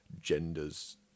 gender's